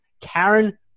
Karen